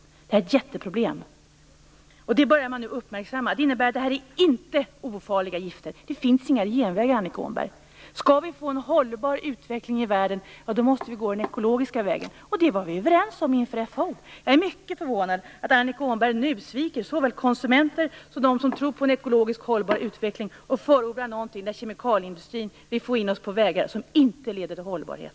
Detta är ett jätteproblem. Det börjar man uppmärksamma nu. Det innebär att detta inte är ofarliga gifter. Det finns inga genvägar, Annika Åhnberg. Skall vi få en hållbar utveckling i världen måste vi gå den ekologiska vägen. Det var vi överens om inför FAO. Jag är mycket förvånad att Annika Åhnberg nu sviker såväl konsumenter som dem som tror på en ekologiskt hållbar utveckling och förordar någonting som grundar sig på att kemikalieindustrin vill få in oss på vägar som inte leder till hållbarhet.